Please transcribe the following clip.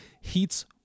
heats